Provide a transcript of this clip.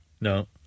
No